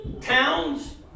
towns